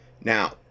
Now